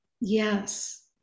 Yes